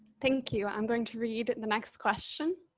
thank you. i'm going to read the next question.